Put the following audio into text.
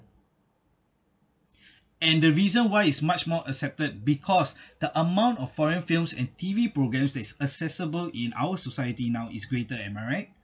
and the reason why is much more accepted because the amount of foreign films and T_V programmes that's accessible in our society now is greater am I right